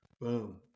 boom